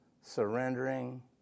surrendering